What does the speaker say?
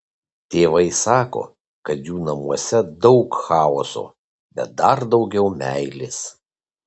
tėvai sako kad jų namuose daug chaoso bet dar daugiau meilės